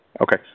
Okay